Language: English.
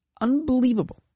unbelievable